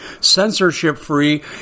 censorship-free